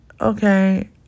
okay